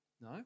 No